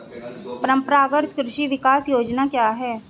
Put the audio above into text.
परंपरागत कृषि विकास योजना क्या है?